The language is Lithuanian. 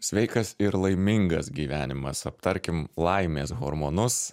sveikas ir laimingas gyvenimas aptarkim laimės hormonus